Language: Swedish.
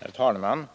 Herr talman!